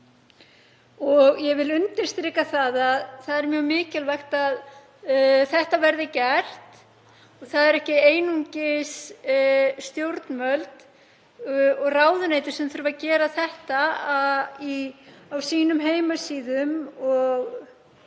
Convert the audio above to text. Ég vil undirstrika að það er mjög mikilvægt að þetta verði gert. Það eru ekki einungis stjórnvöld og ráðuneyti sem þurfa að gera þetta á sínum heimasíðum og á